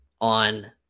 on